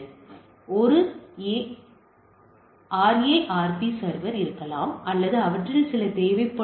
எனவே ஒரு RARP server இருக்கலாம் அல்லது அவற்றில் சில தேவைப்படும்